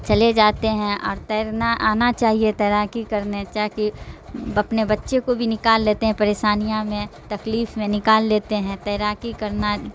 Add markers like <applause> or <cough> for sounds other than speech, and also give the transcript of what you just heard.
چلے جاتے ہیں اور تیرنا آنا چاہیے تیراکی کرنے <unintelligible> اپنے بچے کو بھی نکال لیتے ہیں پریشانیاں میں تکلیف میں نکال لیتے ہیں تیراکی کرنا